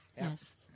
Yes